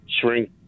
shrink